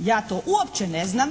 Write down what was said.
Ja to uopće ne znam,